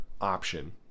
option